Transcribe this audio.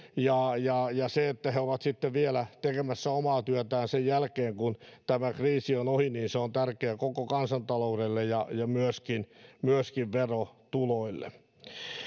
ja ja se että he ovat sitten vielä tekemässä omaa työtään sen jälkeen kun tämä kriisi on ohi on tärkeää koko kansantaloudelle ja myöskin myöskin verotuloille